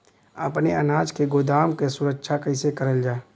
अपने अनाज के गोदाम क सुरक्षा कइसे करल जा?